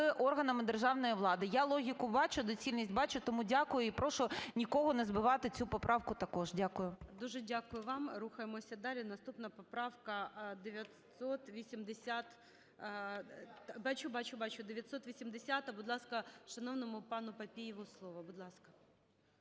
органами державної влади. Я логіку бачу, доцільність бачу. Тому дякую, і прошу нікого не збивати цю поправку також. Дякую. ГОЛОВУЮЧИЙ. Дуже дякую вам. Рухаємося далі. Наступна поправка - 980… (Шум у залі) Бачу, бачу! 980-а. Будь ласка, шановному пану Папієву слово. Будь ласка.